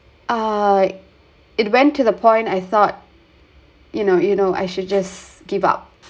uh it went to the point I thought you know you know I should just give up